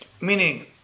Meaning